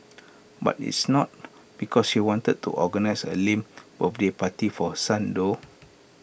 but it's not because she wanted to organise A lame birthday party for her son though